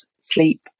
sleep